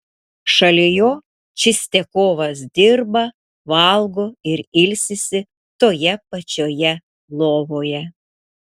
šalia jo čistiakovas dirba valgo ir ilsisi toje pačioje lovoje